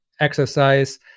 exercise